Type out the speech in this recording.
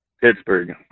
Pittsburgh